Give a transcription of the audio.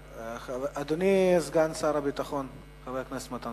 אדוני, סגן שר הביטחון מתן